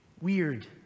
weird